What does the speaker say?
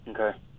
Okay